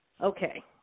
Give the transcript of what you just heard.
okay